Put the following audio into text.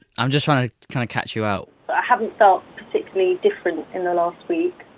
i'm just trying to kind of catch you out. i haven't felt particularly different in the last week.